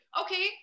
okay